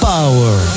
Power